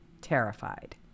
terrified